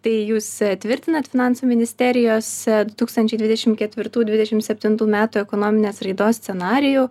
tai jūs tvirtinat finansų ministerijos du tūkstančiai dvidešim ketvirtų dvidešim septintų metų ekonominės raidos scenarijų